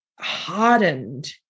hardened